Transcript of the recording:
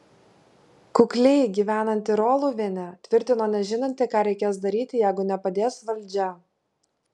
kukliai gyvenanti roliuvienė tvirtino nežinanti ką reikės daryti jeigu nepadės valdžia